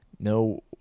No